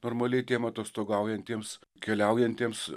normaliai tiem atostogaujantiems keliaujantiems